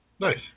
Nice